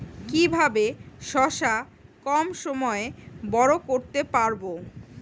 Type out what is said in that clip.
কিভাবে শশা কম সময়ে বড় করতে পারব?